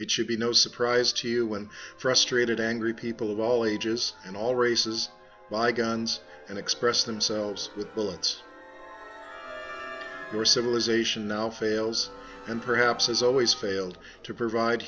it should be no surprise to you when frustrated angry people of all ages and all races buy guns and express themselves with bullets or civilization now fails and perhaps as always failed to provide